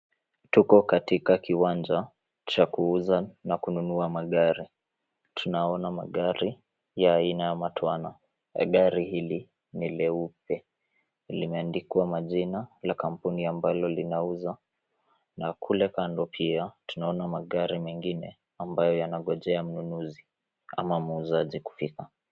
Tuko katika kiwanja cha kuuza na kununua magari. Tunaona magari ya aina matwana. Gari hili ni nyeupe. Limeandikwa majina ya kampuni ambalo linauza na kule kando pia tunaona magari mengine ambayo yanangojea mnunuzi ama muuzaji kufika.